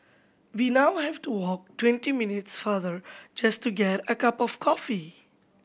we now have to walk twenty minutes farther just to get a cup of coffee